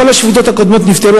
כל השביתות הקודמות נפתרו,